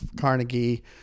Carnegie